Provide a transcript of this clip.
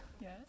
Yes